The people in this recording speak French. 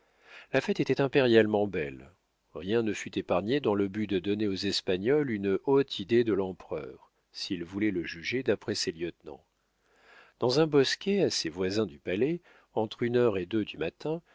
la fête était impérialement belle rien ne fut épargné dans le but de donner aux espagnols une haute idée de l'empereur s'ils voulaient le juger d'après ses lieutenants dans un bosquet assez voisin du palais entre une heure et deux du matin